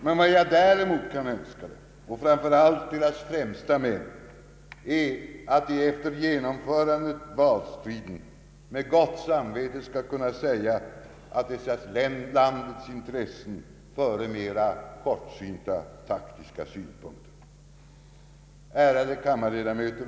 Men vad jag däremot kan önska dem — och framför allt deras främsta män — är att de efter genomförd valstrid med gott samvete skall kunna säga att de satt landets intressen före mera kortsynta taktiska synpunkter. Ärade kammarledamöter!